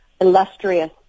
illustrious